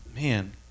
man